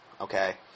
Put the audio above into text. Okay